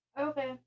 Okay